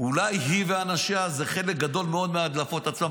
אולי היא ואנשיה זה חלק גדול מאוד מההדלפות עצמן.